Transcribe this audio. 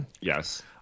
Yes